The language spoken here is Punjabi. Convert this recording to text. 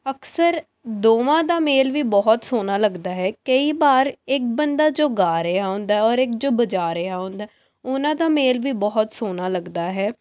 ਅਕਸਰ ਦੋਵਾਂ ਦਾ ਮੇਲ ਵੀ ਬਹੁਤ ਸੋਹਣਾ ਲੱਗਦਾ ਹੈ ਕਈ ਵਾਰ ਇੱਕ ਬੰਦਾ ਜੋ ਗਾ ਰਿਹਾ ਹੁੰਦਾ ਹੈ ਔਰ ਇੱਕ ਜੋ ਵਜਾ ਰਿਹਾ ਹੁੰਦਾ ਹੈ ਉਹਨਾਂ ਦਾ ਮੇਲ ਵੀ ਬਹੁਤ ਸੋਹਣਾ ਲੱਗਦਾ ਹੈ